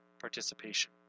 participation